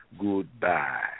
goodbye